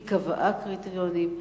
היא קבעה קריטריונים,